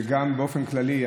וגם באופן כללי,